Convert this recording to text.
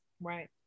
Right